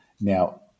Now